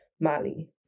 Mali